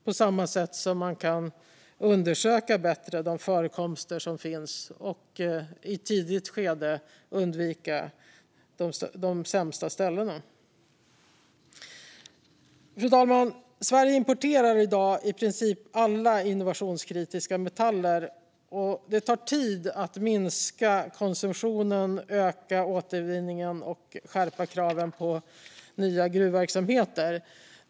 På samma sätt kan man bättre undersöka de förekomster som finns och i ett tidigt skede undvika de sämsta ställena. Fru talman! Sverige importerar i dag i princip alla innovationskritiska metaller. Det tar tid att minska konsumtionen, öka återvinningen och skärpa kraven på nya gruvverksamheter.